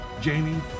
Jamie